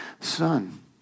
son